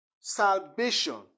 Salvation